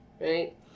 right